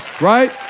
right